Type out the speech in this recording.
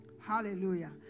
Hallelujah